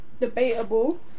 debatable